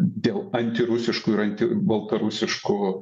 dėl antirusiškų ir antibaltarusiškų